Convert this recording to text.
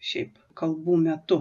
šiaip kalbų metu